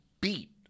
beat